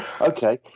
Okay